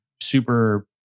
super